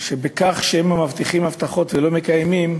שבכך שהם מבטיחים הבטחות ולא מקיימים